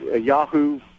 Yahoo